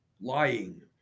lying